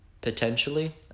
potentially